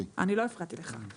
אני לא הפרעתי לך.